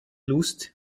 lust